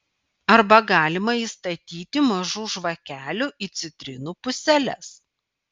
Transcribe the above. arba galima įstatyti mažų žvakelių į citrinų puseles